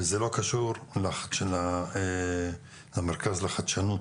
וזה לא קשור למרכז לחדשנות.